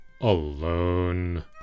alone